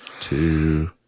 two